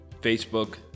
Facebook